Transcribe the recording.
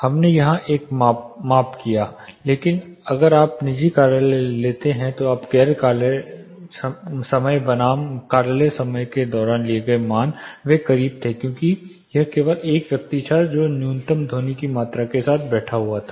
हमने वहां एक माप किया लेकिन अगर आप निजी कार्यालय लेते हैं तो आप गैर कार्यालय समय बनाम कार्यालय समय के दौरान लिए गए मान वे करीब थे क्योंकि यह केवल एक व्यक्ति था जो न्यूनतम ध्वनि की मात्रा के साथ बैठा था